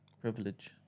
Privilege